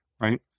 right